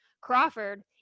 crawford